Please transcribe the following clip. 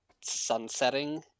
sunsetting